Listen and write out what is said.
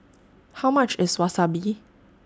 How much IS Wasabi